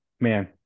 Man